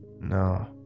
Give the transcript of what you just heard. No